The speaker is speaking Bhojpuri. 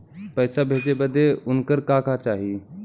पैसा भेजे बदे उनकर का का चाही?